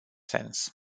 sens